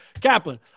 kaplan